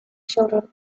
children